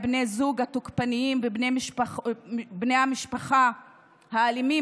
בני הזוג התוקפניים ובני משפחה האלימים,